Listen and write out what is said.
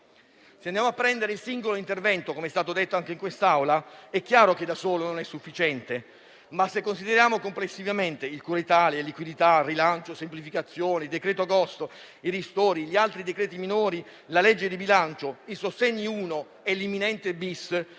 Se andiamo a prendere il singolo intervento, come è stato detto anche in quest'Aula, è chiaro che da solo non è sufficiente; ma, se consideriamo complessivamente il cura Italia, il liquidità, il rilancio, il semplificazioni, il decreto agosto, i ristori, gli altri decreti minori, la legge di bilancio, il sostegni uno e l'imminente